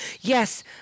Yes